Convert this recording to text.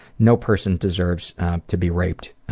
no person deserves to be raped